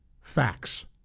facts